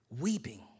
weeping